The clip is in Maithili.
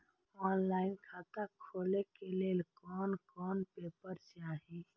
ऑनलाइन खाता खोले के लेल कोन कोन पेपर चाही?